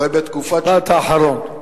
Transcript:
הרי בתקופת שלטונכם, משפט אחרון.